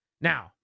Now